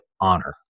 honor